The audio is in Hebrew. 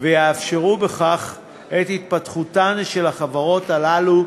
ויאפשרו בכך את התפתחותן של החברות הללו,